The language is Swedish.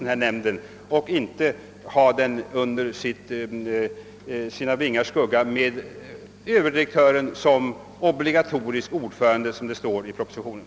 Det är bättre än att naturvårdsverket har nämnden under sina vingars skugga med överdirektören som obligatorisk ordförande, såsom det föreslås i propositionen.